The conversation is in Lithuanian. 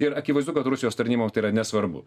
ir akivaizdu kad rusijos tarnyboms tai yra nesvarbu